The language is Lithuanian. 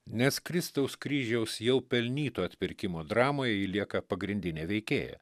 nes kristaus kryžiaus jau pelnyto atpirkimo dramoje ji lieka pagrindinė veikėja